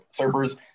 surfers